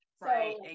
right